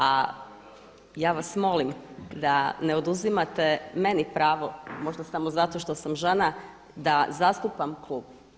A ja vas molim da ne oduzimate meni pravo možda samo zato što sam žena da zastupam klub.